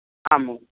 आम्